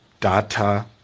data